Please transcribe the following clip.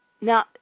now